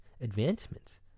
advancements